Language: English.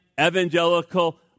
evangelical